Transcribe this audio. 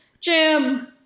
jim